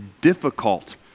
difficult